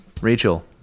Rachel